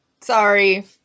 sorry